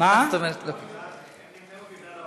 הם נמנעו בגלל העולים.